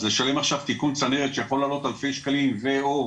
אז לשלם עכשיו תיקון צנרת שיכול לעלות אלפי שקלים ואו